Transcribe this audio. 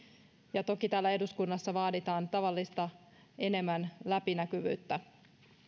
ja toki täällä eduskunnassa vaaditaan tavallista enemmän läpinäkyvyyttä